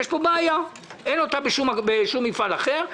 יש פה בעיה שאין אותה בשום מפעל אחר.